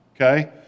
okay